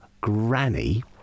granny